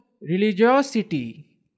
religiosity